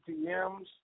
ATMs